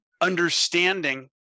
understanding